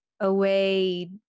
away